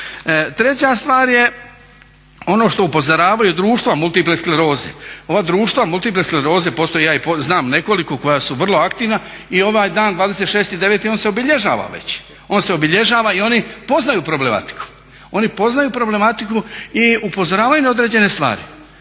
Treća stvar je ono što upozoravaju društva multiple skleroze, ova društva multiple skleroze postoje, ja ih znam nekoliko koja su vrlo aktivna i ovaj dan 26.9. on se obilježava već, on se obilježava i oni poznaju problematiku. Oni poznaju problematiku i upozoravaju na određene stvari